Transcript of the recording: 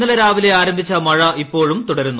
ഇന്നലെ രാവിലെ ആരംഭിച്ച മഴ ഇപ്പോഴും തുടരുന്നു